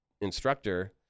instructor